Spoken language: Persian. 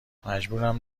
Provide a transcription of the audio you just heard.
مجبورم